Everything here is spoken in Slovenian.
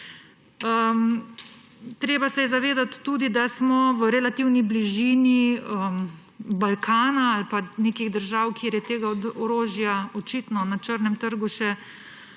Treba se je tudi zavedati, da smo v relativni bližini Balkana ali pa nekih držav, kjer je tega orožja očitno na črnem trgu še